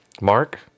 Mark